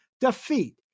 defeat